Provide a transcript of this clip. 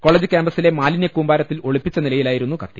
college കൃാമ്പസിലെ മാലിന്യ കൂമ്പാരത്തിൽ ഒളിപ്പിച്ച നിലയിലായിരുന്നു കത്തി